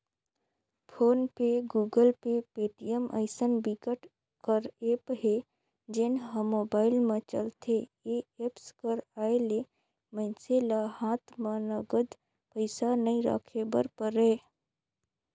phone पे, Google Pay, Paytm अइसन बिकट कर ऐप हे जेन ह मोबाईल म चलथे ए एप्स कर आए ले मइनसे ल हात म नगद पइसा नइ राखे बर परय